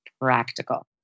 practical